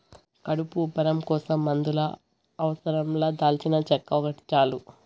కడుపు ఉబ్బరం కోసం మందుల అవసరం లా దాల్చినచెక్క ఒకటి చాలు